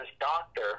doctor